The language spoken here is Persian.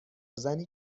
زنی